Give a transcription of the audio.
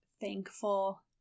thankful